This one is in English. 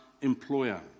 employer